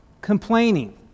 complaining